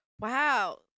Wow